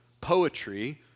poetry